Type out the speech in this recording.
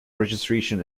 registration